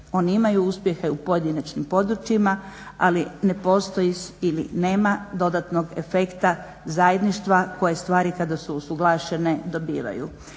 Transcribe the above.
Oni imaju uspjehe u pojedinačnim područjima ali ne postoji ili nema dodatnog efekta zajedništva koje stvari kada su usuglašene dobivaju.